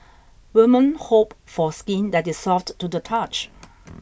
women hope for skin that is soft to the touch